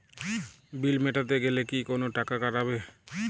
বিল মেটাতে গেলে কি কোনো টাকা কাটাবে?